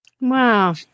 Wow